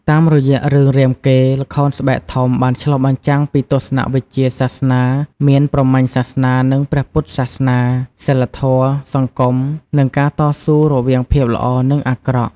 តាមរយៈរឿងរាមកេរ្តិ៍ ល្ខោនស្បែកធំបានឆ្លុះបញ្ចាំងពីទស្សនវិជ្ជាសាសនា មាន ព្រហ្មញ្ញសាសនា និងព្រះពុទ្ធសាសនា សីលធម៌ សង្គម និងការតស៊ូរវាងភាពល្អ និងអាក្រក់។